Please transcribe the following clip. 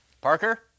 Parker